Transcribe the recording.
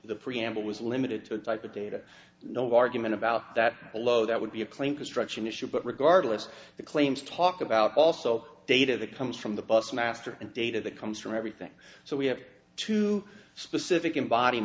the preamble was limited to the data no argument about that below that would be a claim construction issue but regardless the claims talked about also data that comes from the bus master and data that comes from everything so we have two specific